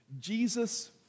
Jesus